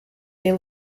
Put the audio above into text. they